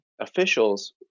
officials